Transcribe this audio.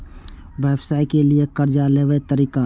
व्यवसाय के लियै कर्जा लेबे तरीका?